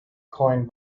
coined